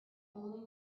only